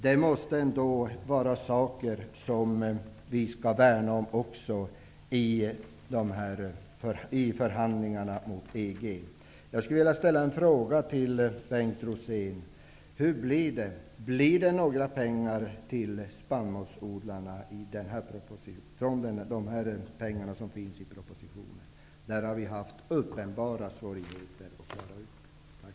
Detta måste vi också värna om i förhandlingarna med EG. Jag vill ställa en fråga till Bengt Rosén: Blir det några pengar till spannmålsodlarna enligt den här propositionen? Det har vi haft uppenbara svårigheter att klara ut.